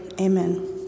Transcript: amen